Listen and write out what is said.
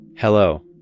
Hello